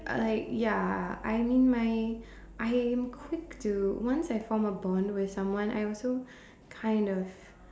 uh like ya I mean my I am quick to once I form a bond with someone I also kind of